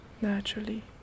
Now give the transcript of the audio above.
naturally